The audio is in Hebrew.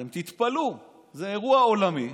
אתם תתפלאו, זה אירוע עולמי,